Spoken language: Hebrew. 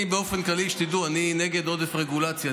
באופן כללי, שתדעו, אני נגד עודף רגולציה.